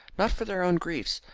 not for their own griefs,